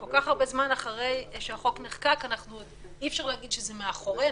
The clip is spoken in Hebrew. כל כך הרבה זמן אחרי שהחוק נחקק אי-אפשר להגיד שזה מאחורינו.